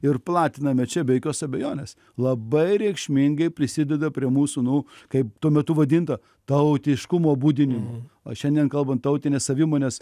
ir platiname čia be jokios abejonės labai reikšmingai prisideda prie mūsų nu kaip tuo metu vadinto tautiškumo budinimo o šiandien kalbant tautinės savimonės